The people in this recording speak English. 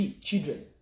children